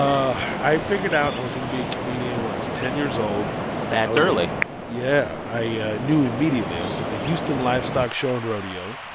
i i figured out i was going to be a comedian when i was ten years old that's early yeah. i yeah knew immediately. i was at the houston livestock show and rodeo,